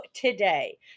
today